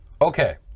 Okay